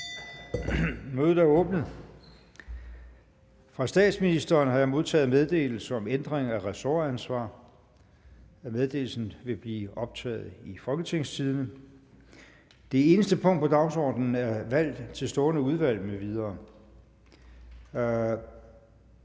Mødet er åbnet. Fra statsministeren har jeg modtaget meddelelse om ændring af ressortansvar. Meddelelsen vil blive optaget i Folketingstidende. [»Folketingets Formand Efter statsministerens